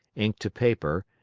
ink to paper,